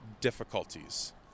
difficulties